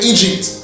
Egypt